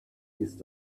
ist